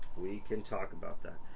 we can talk about that.